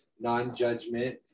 non-judgment